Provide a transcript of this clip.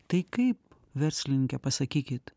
tai kaip verslininke pasakykit